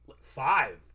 five